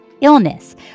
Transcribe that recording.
illness